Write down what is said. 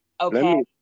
Okay